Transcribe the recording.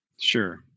Sure